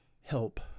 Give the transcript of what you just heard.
help